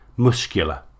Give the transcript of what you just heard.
muscular